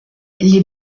les